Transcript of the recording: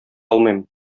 алмыйм